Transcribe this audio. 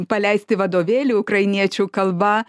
paleisti vadovėlių ukrainiečių kalba